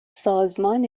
سازمان